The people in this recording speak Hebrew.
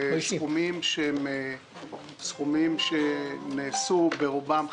בסכומים שהם סכומים שנעשו ברובם,